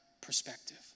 perspective